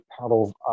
paddles